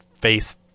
face